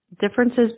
Differences